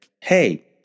hey